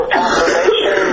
confirmation